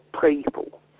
people